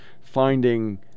finding